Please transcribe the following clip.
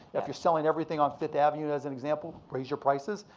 if you're selling everything on fifth avenue, as an example, raise your prices.